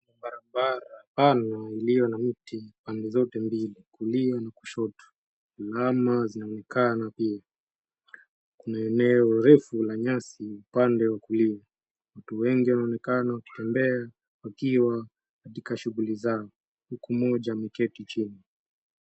Barabara pana iliyo na miti pande zote mbili, kulia na kushoto. Alama zinaonekana pia. Kuna eneo refu la nyasi upande wa kulia. Watu wengi wanaonekana wakitembea wakiwa katika shughuli zao, huku mmoja ameketi chini.